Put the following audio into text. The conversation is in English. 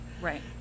right